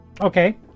Okay